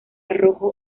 rojo